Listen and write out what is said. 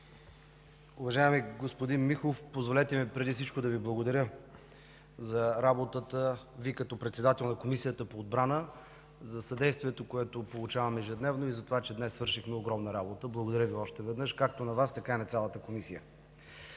Уважаеми господин Михов, позволете ми преди всичко да Ви благодаря за работата Ви като председател на Комисията по отбрана, за съдействието, което получавам ежедневно, и за това, че днес свършихме огромна работа. Благодаря още веднъж – както на Вас, така и на цялата Комисия!